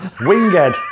winged